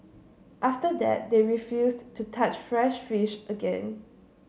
after that they refused to touch fresh fish again